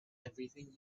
everything